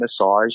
massage